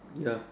ya